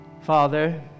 Father